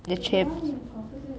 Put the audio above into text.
the chip